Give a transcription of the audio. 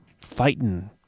fighting